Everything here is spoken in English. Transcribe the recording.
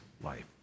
life